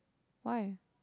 why